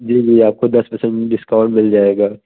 जी जी आपको दस परसेंट डिस्काउंट मिल जाएगा